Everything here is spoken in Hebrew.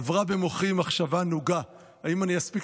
עברה במוחי מחשבה נוגה: האם אני אספיק